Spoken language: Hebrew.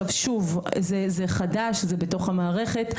שוב, זה חדש, זה בתוך המערכת.